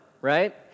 right